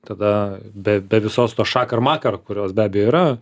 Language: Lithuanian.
tada be be visos tos šakar makar kurios be abejo yra